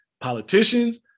politicians